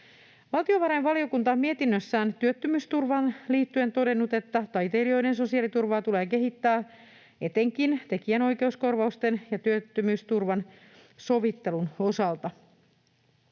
Valtiovarainvaliokunta on mietinnössään työttömyysturvaan liittyen todennut, että taiteilijoiden sosiaaliturvaa tulee kehittää etenkin tekijänoikeuskorvausten ja työttömyysturvan sovittelun osalta.